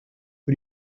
who